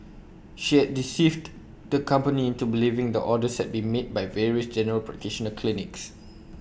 she had deceived the company into believing the orders had been made by various general practitioner clinics